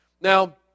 Now